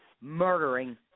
murdering